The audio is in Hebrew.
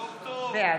ג'וב טוב.